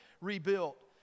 rebuilt